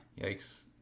yikes